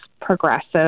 progressive